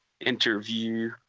interview